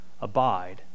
abide